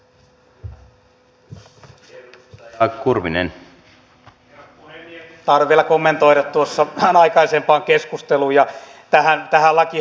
tahdon vielä kommentoida tuota vähän aikaisempaa keskustelua ja tätä lakihanketta